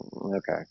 Okay